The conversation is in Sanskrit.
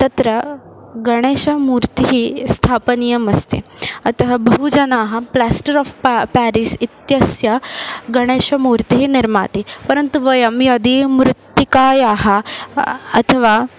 तत्र गणेशमूर्तिः स्थापनीयमस्ति अतः बहु जनाः प्लास्टर् आफ् पा प्यारिस् इत्यस्य गणेशमूर्तिः निर्माति परन्तु वयं यदि मृत्तिकायाः अथवा